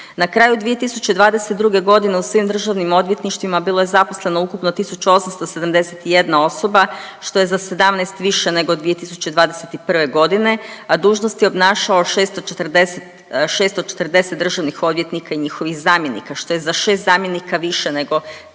Na kraju 2022. g. u svim državnim odvjetništvima bilo je zaposleno ukupno 1871 osoba, što je za 17 više nego 2021. g., a dužnost je obnašalo 640 državnih odvjetnika i njihovih zamjenika, što je za 6 zamjenika više nego 2021.